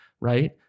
right